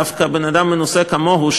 דווקא בן-אדם מנוסה כמוהו,